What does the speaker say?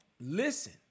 listen